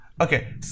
okay